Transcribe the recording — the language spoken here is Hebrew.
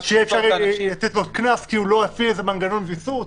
שיהיה אפשר לתת לו קנס כי הוא לא עשה איזה מנגנון ויסות?